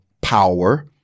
power